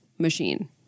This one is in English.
machine